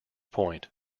point